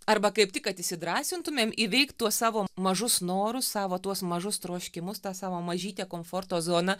arba kaip tik kad įsidrąsintumėm įveikt tuos savo mažus norus savo tuos mažus troškimus tą savo mažytę komforto zoną